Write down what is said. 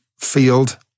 field